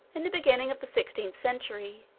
in the beginning of the sixteenth century,